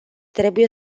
trebuie